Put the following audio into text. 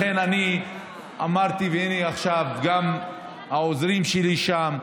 לכן אני אמרתי, והינה עכשיו גם העוזרים שלי שם,